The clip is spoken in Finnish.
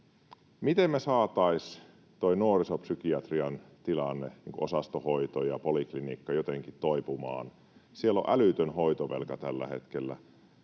Miten me saataisiin tuo nuorisopsykiatrian tilanne, osastohoito ja poliklinikka, jotenkin toipumaan? Siellä on älytön hoitovelka tällä hetkellä.